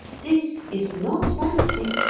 this is not fancy,